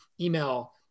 email